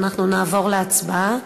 ואנחנו נעבור להצבעה.